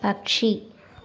പക്ഷി